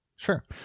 Sure